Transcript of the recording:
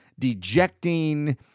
dejecting